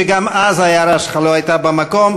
שגם אז ההערה שלך לא הייתה במקום,